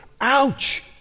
ouch